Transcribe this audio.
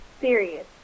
serious